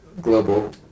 global